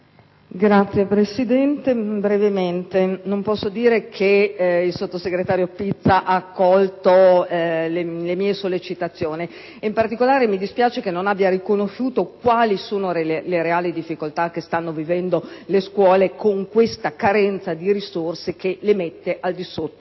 Signora Presidente, non posso dire che il sottosegretario Pizza abbia colto le mie sollecitazioni. In particolare, mi dispiace che non abbia riconosciuto quali sono le reali difficoltà che stanno vivendo le scuole con questa carenza di risorse che le mette al di sotto